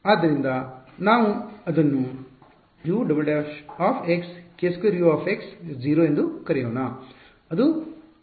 ಆದ್ದರಿಂದ ನಾವು ಅದನ್ನು U ′′ k2U − 0 ಎಂದು ಬರೆಯೋಣ ಅದು ಇದೀಗ ಬಲಗೈ ಕಡೆಯದು ಅಲ್ಲ